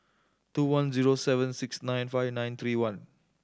two one zero seven six nine five nine three one